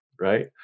right